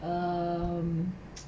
um